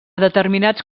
determinats